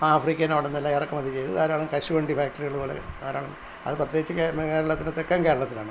ആഫ്രക്കയിൽ നിന്നോ അവിടുന്നെല്ലാം ഇറക്കുമതി ചെയ്തു ധാരാളം കശുവണ്ടി ഫാക്ടറികൾ പോലെ ധാരാളം അതു പ്രത്യേകിച്ചു കേരളത്തിലെ തെക്കൻ കേരളത്തിലാണ്